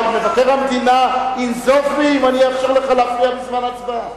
מבקר המדינה ינזוף בי אם אני אאפשר לך להפריע בזמן ההצבעה.